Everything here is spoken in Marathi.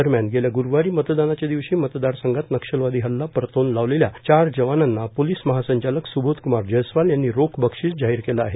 दरम्यान गेल्या ग्रुवारी मतदानाच्या दिवशी मतदार संघात नक्षलवादी हल्ला परतावून लावलेल्या चार जवानांना पोलिस महासंचालक संबोधकमार जयस्वाल यांनी रोख बक्षीस जाहीर केलं आहे